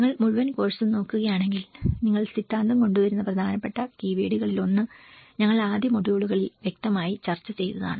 നിങ്ങൾ മുഴുവൻ കോഴ്സും നോക്കുകയാണെങ്കിൽ നിങ്ങൾ സിദ്ധാന്തം കൊണ്ടുവരുന്ന പ്രധാനപ്പെട്ട കീവേഡുകളിലൊന്ന് ഞങ്ങൾ ആദ്യ മൊഡ്യൂളുകളിൽ വ്യക്തമായി ചർച്ച ചെയ്തതാണ്